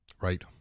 Right